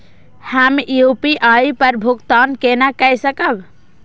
हम यू.पी.आई पर भुगतान केना कई सकब?